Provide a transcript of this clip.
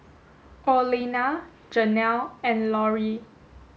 Orlena Janelle and Lori